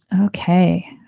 Okay